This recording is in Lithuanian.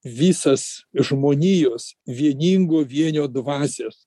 visas žmonijos vieningo vienio dvasios